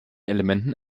elementen